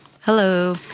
Hello